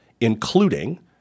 including